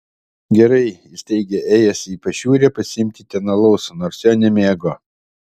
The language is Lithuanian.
gerai jis teigė ėjęs į pašiūrę pasiimti ten alaus nors jo nemėgo